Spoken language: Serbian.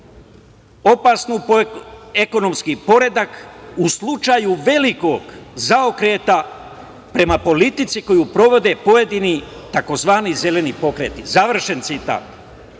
opasnu po ekonomski poredak u slučaju velikog zaokreta prema politici koju provode pojedini tzv. zeleni pokreti“.Je li